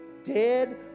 dead